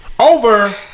Over